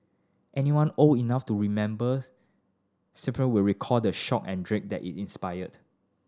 anyone old enough to remember will recall the shock and dread that it inspired